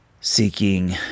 seeking